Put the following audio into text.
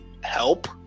help